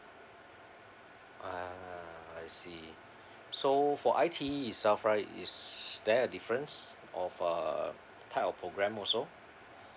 uh I see so for I_T_E itself right is there a difference of uh type of program also